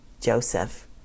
Joseph